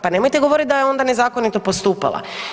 Pa nemojte govoriti da je onda nezakonito postupala.